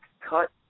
cut